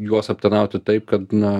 juos aptarnauti taip kad na